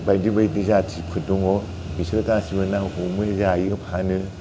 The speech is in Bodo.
बायदि बायदि जाथिफोर दङ बिसोर गासिबो ना हमो जायो फानो